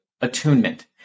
attunement